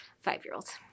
five-year-olds